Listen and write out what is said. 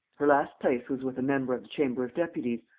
her last place was with a member of the chamber of deputies,